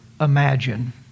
Imagine